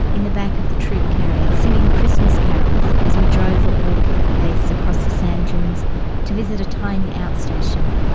in the back of the troop carrier singing christmas carols as we drove at walking pace across the sand dunes to visit a tiny outstation.